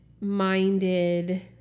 minded